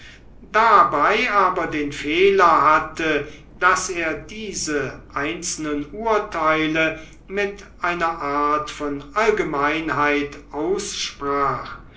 dabei aber den fehler hatte daß er diese einzelnen urteile mit einer art von allgemeinheit aussprach